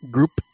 Group